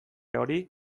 hori